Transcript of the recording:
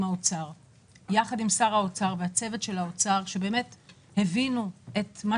שר האוצר ועם הצוות של האוצר שבאמת הבינו את מה